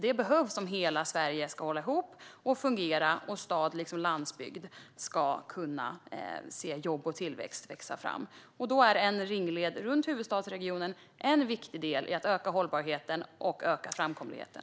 Det behövs om hela Sverige ska hålla ihop och fungera och om stad liksom landsbygd ska kunna se jobb växa fram och tillväxt öka. En ringled runt huvudstadsregionen är en viktig del i att öka hållbarheten och öka framkomligheten.